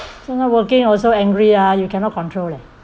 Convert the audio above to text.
so now working also angry ah you cannot control leh